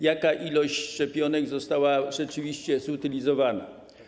Jaka liczba szczepionek została rzeczywiście zutylizowana?